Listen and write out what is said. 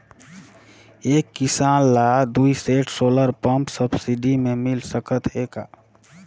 एक किसान ल दुई सेट सोलर पम्प सब्सिडी मे मिल सकत हे का?